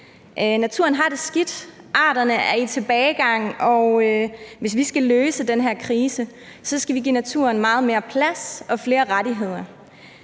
Naturen har det skidt, arterne er i tilbagegang, og hvis vi skal løse den her krise, skal vi give naturen meget mere plads og flere rettigheder.